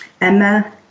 Emma